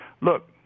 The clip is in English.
look